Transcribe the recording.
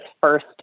first